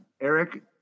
Eric